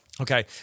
Okay